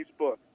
Facebook